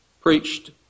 preached